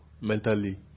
mentally